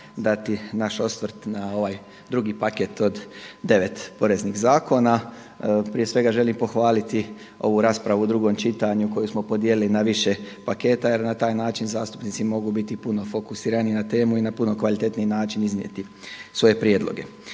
dati naš osvrt na ovaj drugi paket od devet poreznih zakona. Prije svega želim pohvaliti ovu raspravu u drugom čitanju koju smo podijelili na više paketa jer na taj način zastupnici mogu biti puno fokusiraniji na temu i na puno kvalitetniji način iznijeti svoje prijedloge.